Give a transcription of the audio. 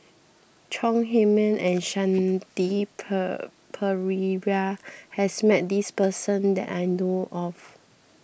Chong Heman and Shanti Pereira has met this person that I know of